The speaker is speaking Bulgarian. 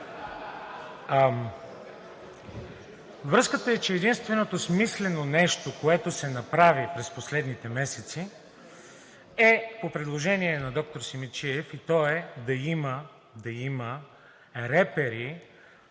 Връзката е, че единственото смислено нещо, което се направи през последните месеци, е по предложение на доктор Симидчиев, и то е да има репери